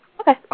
Okay